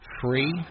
Free